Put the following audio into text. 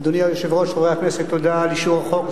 אדוני היושב-ראש, חברי הכנסת, תודה על אישור החוק.